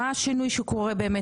מה השינוי שקורה באמת?